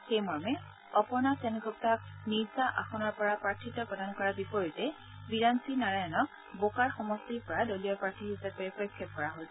সেইমৰ্মে অপৰ্ণা সেনগুগ্তাক নিৰ্ছা আসনৰ পৰা প্ৰাৰ্থিত্ব প্ৰদান কৰাৰ বিপৰীতে বিৰাঞ্চি নাৰায়ণক বোকাৰ সমষ্টিৰ পৰা দলীয় প্ৰাৰ্থী হিচাপে প্ৰক্ষেপ কৰা হৈছে